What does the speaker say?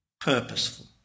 purposeful